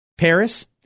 Paris